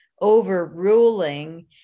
overruling